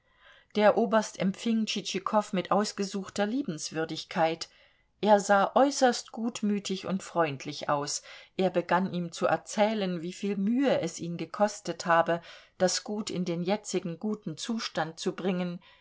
der oberst empfing tschitschikow mit ausgesuchter liebenswürdigkeit er sah äußerst gutmütig und freundlich aus er begann ihm zu erzählen wieviel mühe es ihn gekostet habe das gut in den jetzigen guten zustand zu bringen